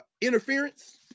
interference